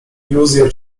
iluzja